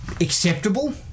acceptable